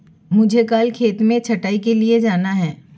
मुझे कल खेत में छटाई के लिए जाना है